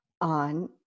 on